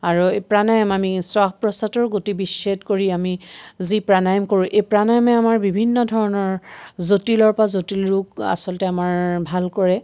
আৰু এই প্ৰাণায়ম আমি শ্বাস প্ৰস্বাতৰ গতি বিচ্ছেদ কৰি আমি যি প্ৰাণায়াম কৰোঁ এই প্ৰাণায়ামে আমাৰ বিভিন্ন ধৰণৰ জটিলৰ পৰা জটিল ৰোগ আচলতে আমাৰ ভাল কৰে